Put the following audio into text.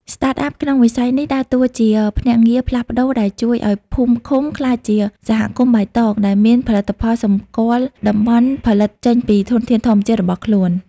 Startup ក្នុងវិស័យនេះដើរតួជាភ្នាក់ងារផ្លាស់ប្តូរដែលជួយឱ្យភូមិឃុំក្លាយជា "សហគមន៍បៃតង" ដែលមានផលិតផលសម្គាល់តំបន់ផលិតចេញពីធនធានធម្មជាតិរបស់ខ្លួន។